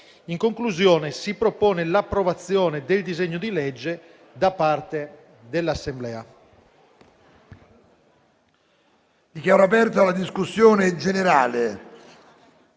In conclusione, si propone l'approvazione del disegno di legge da parte dell'Assemblea.